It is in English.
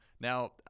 Now